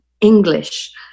English